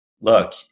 Look